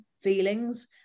feelings